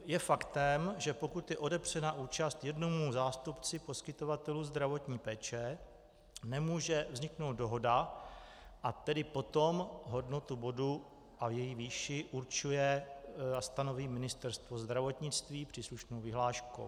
Je faktem, že pokud je odepřena účast jednomu zástupci poskytovatelů zdravotní péče, nemůže vzniknout dohoda, a tedy potom hodnotu bodu a její výši určuje a stanoví Ministerstvo zdravotnictví příslušnou vyhláškou.